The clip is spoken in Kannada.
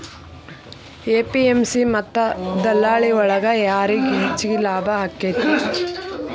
ಎ.ಪಿ.ಎಂ.ಸಿ ಮತ್ತ ದಲ್ಲಾಳಿ ಒಳಗ ಯಾರಿಗ್ ಹೆಚ್ಚಿಗೆ ಲಾಭ ಆಕೆತ್ತಿ?